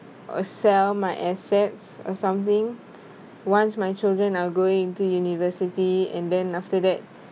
uh sell my assets or something once my children are going to university and then after that